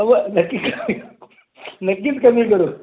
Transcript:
अहो नक्की कमी करू नक्कीच कमी करू